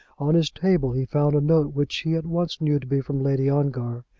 on his table he found a note which he at once knew to be from lady ongar,